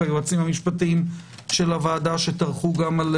היועצים המשפטיים של הוועדה שטרחו גם על